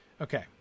Okay